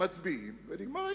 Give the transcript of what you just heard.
מצביעים ונגמר העניין.